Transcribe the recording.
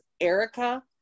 Erica